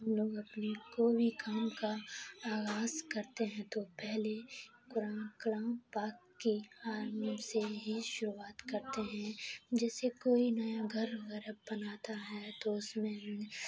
ہم لوگ اپنے کوئی بھی کام کا آغاز کرتے ہیں تو پہلے قرآن کلام پاک کی سے ہی شروعات کرتے ہیں جیسے کوئی نیا گھر وغیرہ بناتا ہے تو اس میں ہم